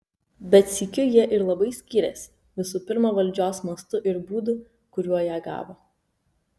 bet sykiu jie ir labai skyrėsi visų pirma valdžios mastu ir būdu kuriuo ją gavo